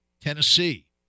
Tennessee